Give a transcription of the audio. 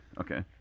okay